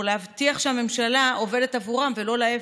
להבטיח שהממשלה עובדת עבורם ולא להפך.